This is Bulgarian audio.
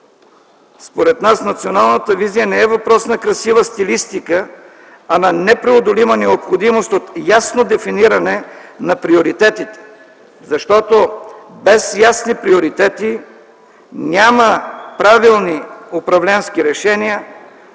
Според нас националната визия не е въпрос на красива стилистика, а на непреодолима необходимост от ясно дефиниране на приоритетите, защото без ясни приоритети няма правилни управленски решения,